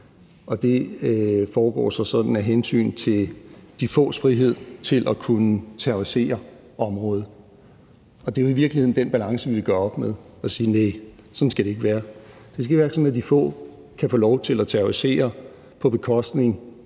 det foregår sådan af hensyn til de fås frihed til at kunne terrorisere området. Og det er jo i virkeligheden den balance, vi gør op med ved at sige: Næ, sådan skal det ikke være. Det skal ikke være sådan, at de få kan få lov til at terrorisere på bekostning